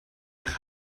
nach